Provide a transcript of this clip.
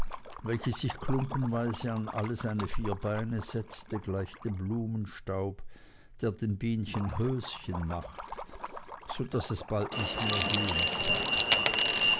welches sich klumpenweise an alle seine vier beine setzte gleich dem blumenstaub der den bienen höschen macht so daß es bald nicht mehr gehen konnte